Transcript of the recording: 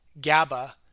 GABA